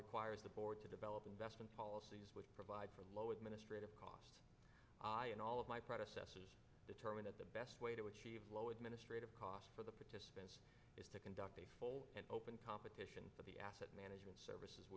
requires the board to develop investment policies which provide for low administrative costs and all of my predecessors determine that the best way to achieve low administrative costs for the participants is to conduct a full and open competition but the asset management services